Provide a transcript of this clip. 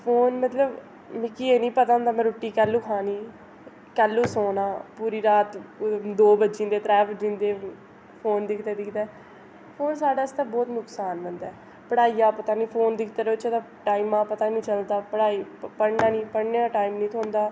phone मतलब मिगी एह् नी पता होंदा हा कि मैं रुट्टी कैल्लु खानी कैल्लु सौह्ना पूरी रात दो बज्जी जंदे हे त्रै बज्जी जंदे हे फोन दिखदे दिखदे फोन साढै़ आस्तै बोह्त नुकसानमंद ऐ पढ़ाइयै दा पता नी फोन दिखदे रोह्चै तां टाइमां दा पता नी चलदा पढ़ाई पढ़ना नी पढ़ने दा टाइम नी थ्होंदा